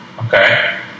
Okay